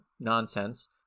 nonsense